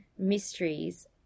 mysteries